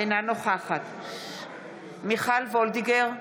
אינה נוכחת מיכל וולדיגר,